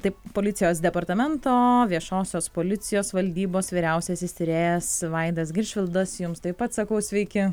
taip policijos departamento viešosios policijos valdybos vyriausiasis tyrėjas vaidas giršvildas jums taip pat sakau sveiki